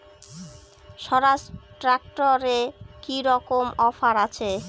স্বরাজ ট্র্যাক্টরে কি রকম অফার আছে?